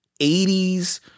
80s